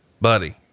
buddy